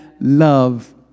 love